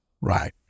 right